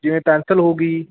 ਜਿਵੇਂ ਪੈਨਸਲ ਹੋ ਗਈ